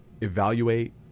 Evaluate